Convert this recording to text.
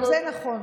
גם זה נכון.